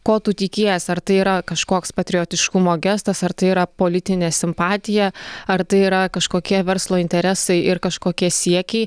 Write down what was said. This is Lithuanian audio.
ko tu tikiesi ar tai yra kažkoks patriotiškumo gestas ar tai yra politinė simpatija ar tai yra kažkokie verslo interesai ir kažkokie siekiai